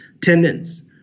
tenants